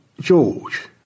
George